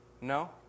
No